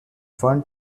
fun